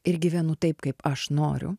ir gyvenu taip kaip aš noriu